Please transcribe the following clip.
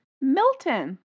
Milton